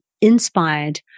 inspired